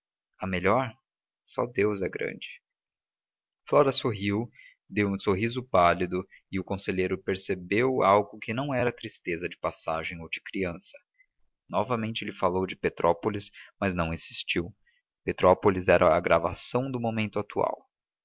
a melhor só deus é grande flora sorriu de um sorriso pálido e o conselheiro percebeu algo que não era tristeza de passagem ou de criança novamente lhe falou de petrópolis mas não insistiu petrópolis era a agravação do momento atual